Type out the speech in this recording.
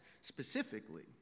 specifically